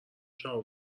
شبا